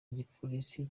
igipolisi